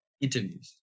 interviews